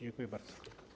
Dziękuję bardzo.